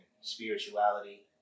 spirituality